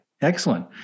Excellent